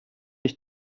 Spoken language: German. ich